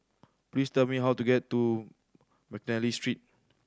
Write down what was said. please tell me how to get to McNally Street